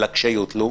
אלא כשיוטלו,